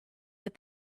that